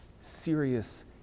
serious